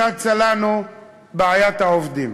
צצה לנו בעיית העובדים,